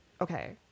okay